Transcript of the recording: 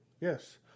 yes